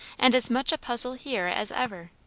and as much a puzzle here as ever.